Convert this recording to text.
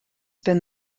been